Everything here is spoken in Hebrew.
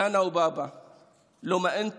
(אומר בערבית